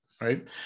right